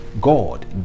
God